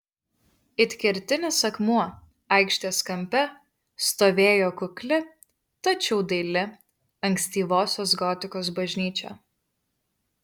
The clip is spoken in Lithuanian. it kertinis akmuo aikštės kampe stovėjo kukli tačiau daili ankstyvosios gotikos bažnyčia